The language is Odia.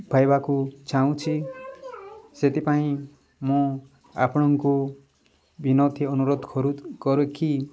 ପାଇାଇବାକୁ ଚାହୁଁଛି ସେଥିପାଇଁ ମୁଁ ଆପଣଙ୍କୁ ବିନୀତ ଅନୁରୋଧ କରେ କି